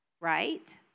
right